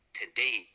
today